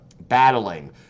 battling